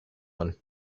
one